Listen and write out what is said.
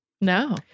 No